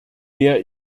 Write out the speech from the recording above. der